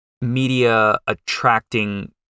media-attracting